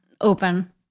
open